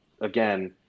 again